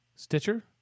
Stitcher